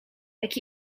jak